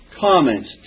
comments